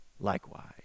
likewise